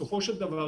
בסופו של דבר,